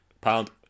Pound